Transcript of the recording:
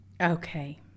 okay